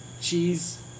cheese